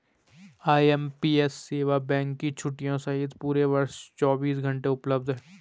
IMPS सेवा bank की छुट्टियों सहित पूरे वर्ष चौबीस घंटे उपलब्ध है